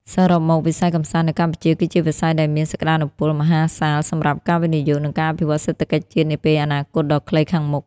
សរុបមក វិស័យកម្សាន្តនៅកម្ពុជាគឺជាវិស័យដែលមានសក្តានុពលមហាសាលសម្រាប់ការវិនិយោគ និងការអភិវឌ្ឍន៍សេដ្ឋកិច្ចជាតិនាពេលអនាគតដ៏ខ្លីខាងមុខ។